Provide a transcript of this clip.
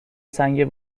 سنگ